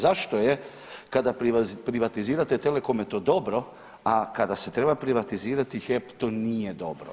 Zašto je kada privatizirate Telecom je to dobro, a kada se treba privatizirati HEP to nije dobro.